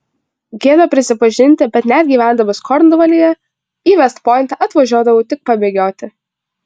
gėda prisipažinti bet net gyvendamas kornvalyje į vest pointą atvažiuodavau tik pabėgioti